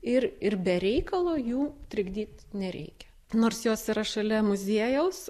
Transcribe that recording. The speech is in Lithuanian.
ir ir be reikalo jų trikdyt nereikia nors jos yra šalia muziejaus